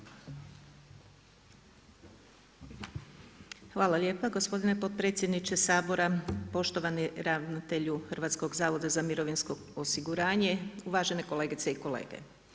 Hvala lijepa gospodine potpredsjedniče Sabora, poštovani ravnatelju Hrvatskog zavoda za mirovinsko osiguranje, uvažene kolegice i kolege.